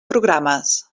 programes